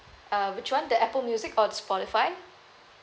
uh which one the Apple music or Spotify